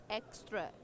extra